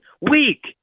Weak